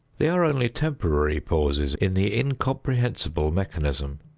they are only temporary pauses in the incomprehensible mechanism.